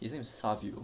his name is salvio